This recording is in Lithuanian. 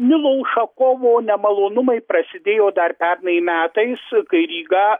nilo ušakovo nemalonumai prasidėjo dar pernai metais kai ryga